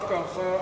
רק הערכה,